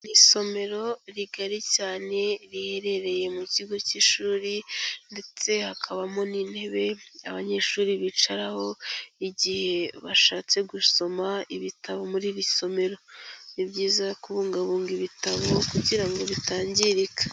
Isomero rigari cyane, riherereye mu kigo cy'ishuri ndetse hakabamo n'intebe abanyeshuri bicaraho igihe bashatse gusoma ibitabo muri iri somero. Ni byiza kubungabunga ibitabo kugira ngo bitangirika.